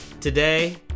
today